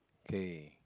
okay